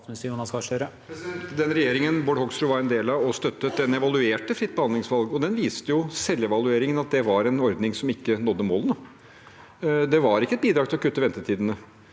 Den re- gjeringen Bård Hoksrud var en del av og støttet, evaluerte fritt behandlingsvalg. Da viste selvevalueringen at det var en ordning som ikke nådde målene. Det var ikke et bidrag for å kutte ventetidene,